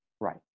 Right